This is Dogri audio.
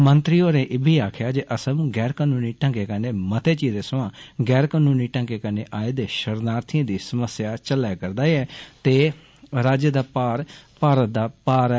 मंत्री होरें इब्बी आक्खेआ जे असम गैर कानूनी ढंगै कन्नै मते चिरे सवां गैर कानूनी ढंगै कन्नै आए दे षरणार्थिएं दी समस्या झल्लै दा ऐ ते राज्य दा भार भारत दा भार ऐ